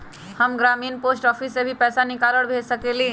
हम ग्रामीण post office से भी पैसा निकाल और भेज सकेली?